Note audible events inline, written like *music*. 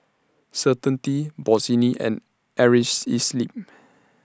Certainty Bossini and *unintelligible*